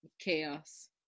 chaos